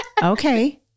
Okay